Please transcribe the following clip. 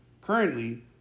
Currently